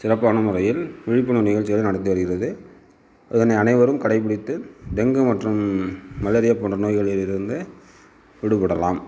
சிறப்பான முறையில் விழிப்புணர்வு நிகழ்ச்சிகளை நடத்தி வருகிறது அதனை அனைவரும் கடைப்பிடித்து டெங்கு மற்றும் மலேரியா போன்ற நோய்களிலிருந்து விடுப்படலாம்